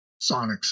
Sonics